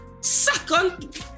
second